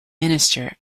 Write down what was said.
minister